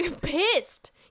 pissed